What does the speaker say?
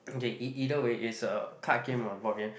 okay e~ either way is a card game or a board game